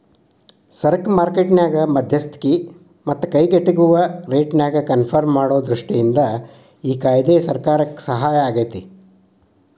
ಸರಕ ಮಾರ್ಕೆಟ್ ನ್ಯಾಗ ಮಧ್ಯಸ್ತಿಕಿ ಮತ್ತ ಕೈಗೆಟುಕುವ ರೇಟ್ನ್ಯಾಗ ಕನ್ಪರ್ಮ್ ಮಾಡೊ ದೃಷ್ಟಿಯಿಂದ ಈ ಕಾಯ್ದೆ ಸರ್ಕಾರಕ್ಕೆ ಸಹಾಯಾಗೇತಿ